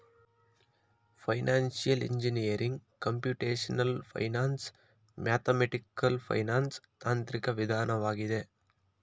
financial engineering computational finance, mathematical finance ತಾಂತ್ರಿಕ ವಿಧಾನವಾಗಿದೆ